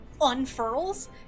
unfurls